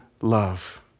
love